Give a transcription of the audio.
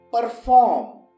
perform